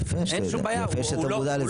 יפה שאתה מודע לזה כעת.